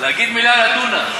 נגיד מילה על הטונה.